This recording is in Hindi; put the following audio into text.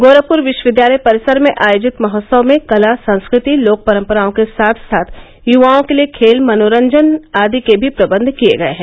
गोरखपुर विश्वविद्यालय परिसर में आयोजित महोत्सव में कला संस्कृति लोक परंपराओं के साथ साथ युवाओं के लिए खेल मनोरंजन आदि के भी प्रबंध किए गए हैं